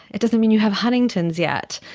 it doesn't mean you have huntington's yet.